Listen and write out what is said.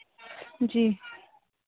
जी